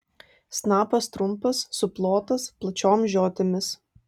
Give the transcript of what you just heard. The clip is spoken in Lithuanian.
snapas trumpas suplotas plačiom žiotimis